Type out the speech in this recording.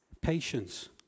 Patience